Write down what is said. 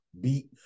beat